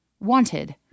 Wanted